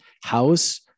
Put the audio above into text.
house